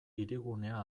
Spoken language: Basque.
hirigunea